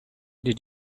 did